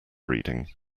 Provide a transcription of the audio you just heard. reading